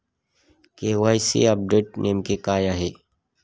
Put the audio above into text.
KYC update नेमके काय आहे?